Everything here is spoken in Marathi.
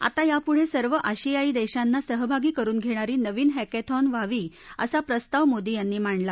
आता यापुढ सिर्व आशियाई दश्वीना सहभागी करुन घग्गिरी नवीन हॅक्छॉन व्हावी असा प्रस्ताव मोदी यांनी मांडला